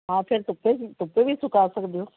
ਹਾਂ ਫਿਰ ਧੁੱਪੇ ਵੀ ਧੁੱਪੇ ਵੀ ਸੁਕਾ ਸਕਦੇ ਹੋ